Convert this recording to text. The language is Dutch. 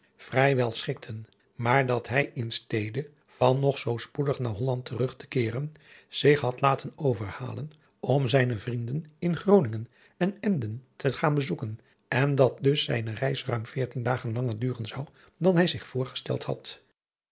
vrij wel schikten maar dat hij in stede van nog zoo spoedig naar holland terug te keeren zich had laten overhalen om zijne vrienden in groningen en embden te gaan bezoeken en dat dus zijne reis ruim veertien dagen langer duren zou dan hij zich voorgesteld had